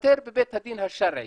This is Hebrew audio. תיפתר בבית הדין השרעי,